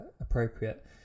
appropriate